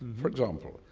for example,